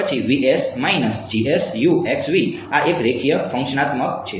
તેથી પછી આ એક રેખીય ફંક્શનાત્મક છે